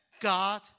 God